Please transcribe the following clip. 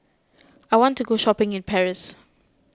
I want to go shopping in Paris